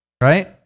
Right